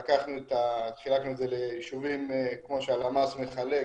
חילקנו את זה ליישובים כמו שהלמ"ס מחלק,